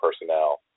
personnel